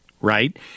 right